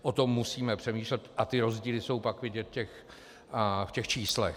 O tom musíme přemýšlet a ty rozdíly jsou pak vidět v těch číslech.